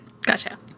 Gotcha